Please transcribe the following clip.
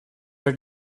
are